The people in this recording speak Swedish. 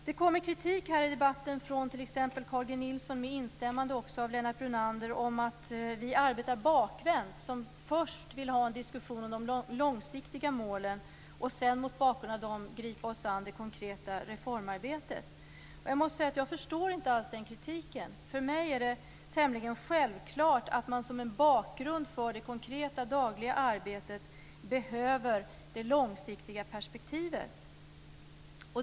Det har kommit kritik i debatten från t.ex. Carl G Nilsson, där Lennart Brunander instämde, om att vi arbetar bakvänt, dvs. att vi först vill ha en diskussion om de långsiktiga målen och sedan gripa oss an det konkreta reformarbetet. Jag förstår inte den kritiken. För mig är det självklart att som en bakgrund för det konkreta, dagliga arbetet behöver vi det långsiktiga perspektivet.